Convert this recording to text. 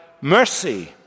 mercy